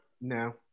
No